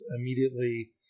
immediately